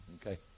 Okay